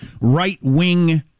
right-wing